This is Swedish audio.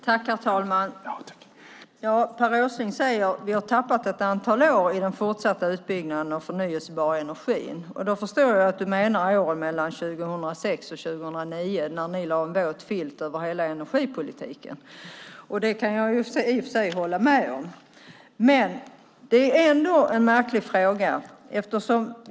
Herr talman! Per Åsling säger att vi har tappat ett antal år i den fortsatta utbyggnaden av förnybar energi. Då förstår jag att du menar åren mellan 2006 och 2009, när ni lade en våt filt över hela energipolitiken. Det kan jag i och för sig hålla med om. Det är ändå en märklig fråga.